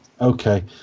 okay